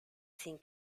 sin